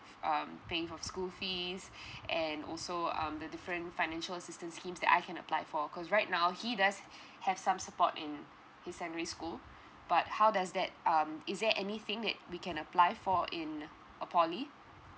um paying for school fees and also um the different financial assistance scheme that I can apply for cause right now he does have some support in his secondary school but how does that um is there anything that we can apply for in a poly